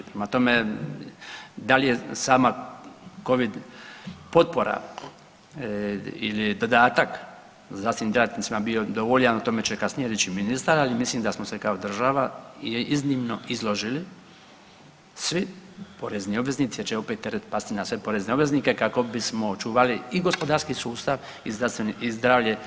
Prema tome, da li je sama Covid potpora ili dodatak zdravstvenim djelatnicima bio dovoljan o tome će kasnije reći ministar, ali mislim da smo se kao država iznimno izložili, svi porezni obveznici jer će opet teret pasti na sve porezne obveznike kako bismo očuvali i gospodarski sustav i zdravlje